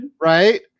Right